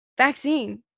vaccine